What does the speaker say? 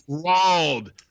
crawled